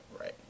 Right